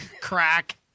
Crack